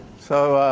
so,